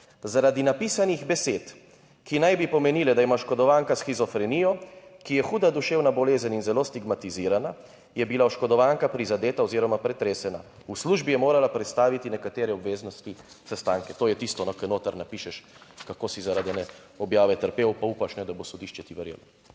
Zaradi napisanih besed, ki naj bi pomenile, da ima oškodovanka shizofrenijo, ki je huda duševna bolezen in zelo stigmatizirana, je bila oškodovanka prizadeta oziroma pretresena. V službi je morala prestaviti nekatere obveznosti, sestanke - to je tisto, ko noter napišeš, kako si zaradi ene objave trpel pa upaš, da bo sodišče ti verjelo?